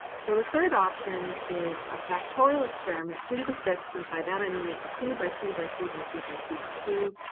so the third option is a factorial experiment two to the sixth. and by that, i mean it's a two by two by two by two by two by two